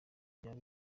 byaba